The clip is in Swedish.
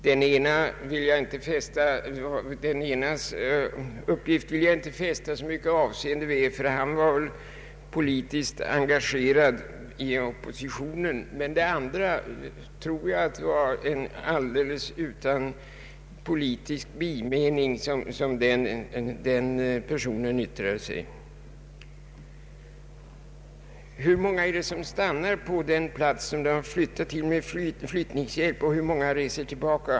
Den enes uppgift fäste jag inte så mycket avseende vid, ty han var väl politiskt engagerad i oppositionen, men den andra personen tror jag yttrade sig helt utan politisk bimening. Hur många stannar på den plats dit de flyttat med flyttningshjälp, och hur många reser tillbaka?